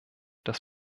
dass